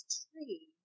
tree